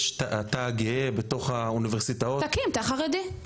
יש את התא הגאה בתוך האוניברסיטאות --- תקים את החרדי,